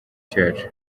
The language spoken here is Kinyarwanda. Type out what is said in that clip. cyacu